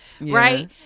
right